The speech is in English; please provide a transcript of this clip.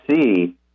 see